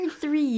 three